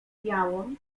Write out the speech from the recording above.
białą